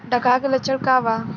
डकहा के लक्षण का वा?